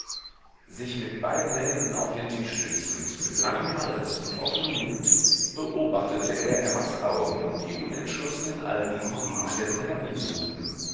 sich mit beiden händen auf den tisch stützend mit langem hals und offnem mund beobachtete er emmas augen die unentschlossen in all diesen gegenständen